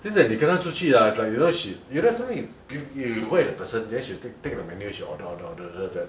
just that 你跟她出去 ah it's like you know she's you know sometimes you you go out with the person then she'll take take the menu then she'll order order order